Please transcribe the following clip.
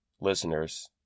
listeners